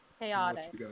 Chaotic